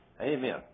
amen